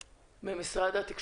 (היו"ר קרן ברק) משרד התקשורת,